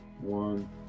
One